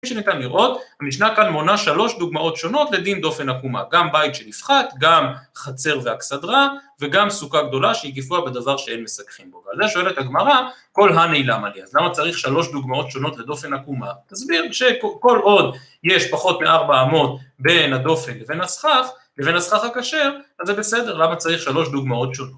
מה שניתן לראות, המשנה כאן מונה שלוש דוגמאות שונות לדין דופן עקומה. גם בית שנפחת, גם חצר ואכסדרה, וגם סוכה גדולה שהגיפוה בדבר שאין מסככים בו. ועל זה שואלת הגמרא, כל הנעלם עליה. אז למה צריך שלוש דוגמאות שונות לדופן עקומה? תסביר שכל עוד יש פחות מארבע אמות בין הדופן לבין הסכך, לבין הסכך הכשר, אז זה בסדר. למה צריך שלוש דוגמאות שונות?